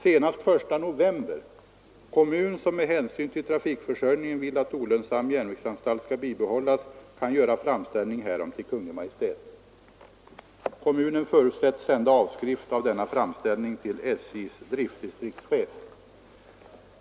Senast den 1 november: Kommun som med hänsyn till trafikförsörjningen vill att ogynnsam järnvägsanstalt skall bibehållas kan göra framställning härom till Kungl. Maj:t. Kommunen förutsetts sända avskrift av denna framställning till SJ:s driftdistriktschef.